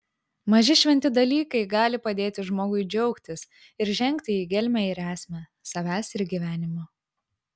maži šventi dalykai gali padėti žmogui džiaugtis ir žengti į gelmę ir esmę savęs ir gyvenimo